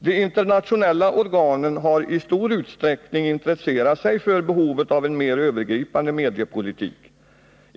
De internationella organen har i stor utsträckning intresserat sig för behovet av en mer övergripande mediepolitik.